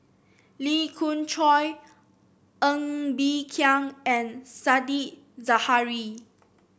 Lee Khoon Choy Ng Bee Kia and Said Zahari